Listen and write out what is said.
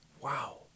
Wow